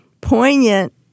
poignant